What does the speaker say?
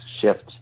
shift